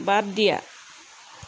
বাদ দিয়া